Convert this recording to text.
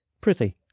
Prithee